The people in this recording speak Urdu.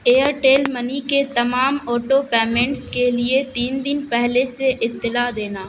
ایرٹیل منی کے تمام آٹو پیمنٹس کے لیے تین دن پہلے سے اطلاع دینا